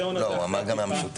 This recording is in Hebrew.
לא, הוא אמר גם מהמשותפת.